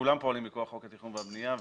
כולן פועלות מכוח חוק התכנון והבנייה,